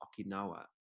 Okinawa